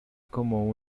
como